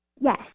yes